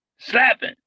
slapping